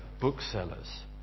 booksellers